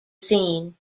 scene